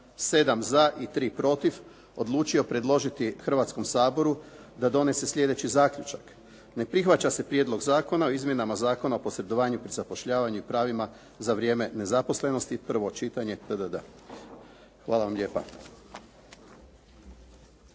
7 za i 3 protiv, odlučio predložiti Hrvatskom saboru da donese sljedeći zaključak: Ne prihvaća se Prijedlog zakona o izmjenama Zakona o posredovanju pri zapošljavanju i pravima za vrijeme nezaposlenosti, prvo čitanje, tdd. Hvala vam lijepa.